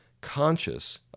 conscious